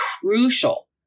crucial